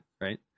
right